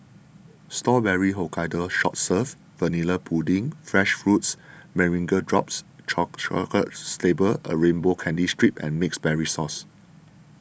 Strawberry Hokkaido soft serve vanilla pudding fresh fruits meringue drops chocolate sable a rainbow candy strip and mixed berries sauce